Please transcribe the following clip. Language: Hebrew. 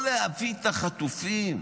לא להביא את החטופים.